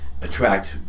attract